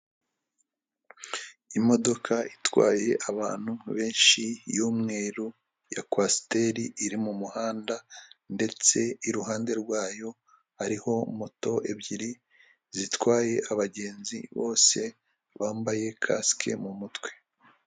Imodoka itwaye abantu benshi y'umweru ya kwasiteri, iri mu muhanda ndetse iruhande rwayo hariho moto ebyiri zitwaye abagenzi bose bambaye kasike mu mutwe.